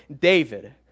David